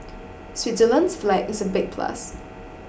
Switzerland's flag is a big plus